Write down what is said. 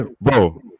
bro